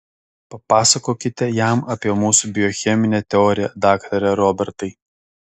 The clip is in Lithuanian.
papasakokite jam apie mūsų biocheminę teoriją daktare robertai